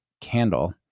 candle